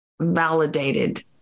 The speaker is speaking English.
validated